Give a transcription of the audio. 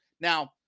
Now